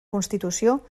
constitució